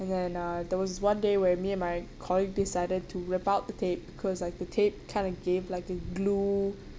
and then uh there was this one day where me and my colleague decided to rip out the tape because like the tape kind of gave like a glue